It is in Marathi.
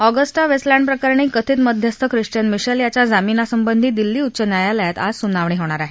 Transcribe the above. ऑगस्टा वेस्टलँड प्रकरणी कथित मध्यस्थ ख्रिश्वेन मिशेल याच्या जामिनासंबंधी दिल्ली उच्च न्यायालयात आज सुनावणी होणार आहे